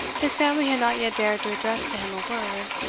his family had not yet dared to address to him a word,